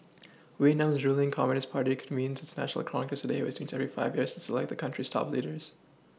Vietnam's ruling communist party convenes its national congress today which meets every five years to select the country's top leaders